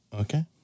Okay